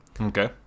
Okay